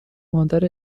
مادر